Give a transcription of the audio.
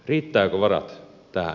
riittävätkö varat tähän